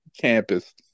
campus